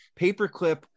paperclip